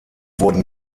wurden